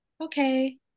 okay